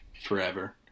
forever